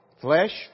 flesh